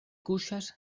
kuŝas